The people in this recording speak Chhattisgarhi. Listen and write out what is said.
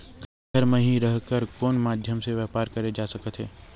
घर म हि रह कर कोन माध्यम से व्यवसाय करे जा सकत हे?